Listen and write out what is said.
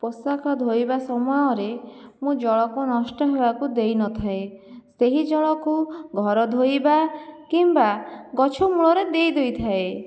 ପୋଷାକ ଧୋଇବା ସମୟରେ ମୁଁ ଜଳକୁ ନଷ୍ଟ ହେବାକୁ ଦେଇନଥାଏ ସେହି ଜଳକୁ ଘର ଧୋଇବା କିମ୍ବା ଗଛମୂଳରେ ଦେଇ ଦେଇଥାଏ